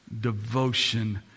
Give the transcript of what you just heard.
devotion